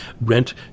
rent